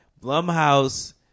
Blumhouse-